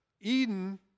Eden